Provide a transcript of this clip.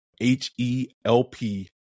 h-e-l-p